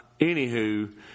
anywho